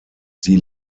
sie